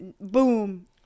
boom